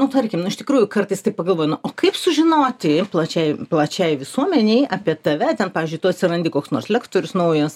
nu tarkimnu iš tikrųjų kartais taip pagalvoju nu kaip sužinoti plačiai plačiai visuomenei apie tave ten pavyzdžiui tu atsirandi koks nors lektorius naujas